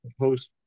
host